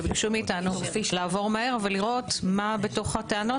וביקשו מאתנו לעבור מהר ולראות מה בתוך הטענות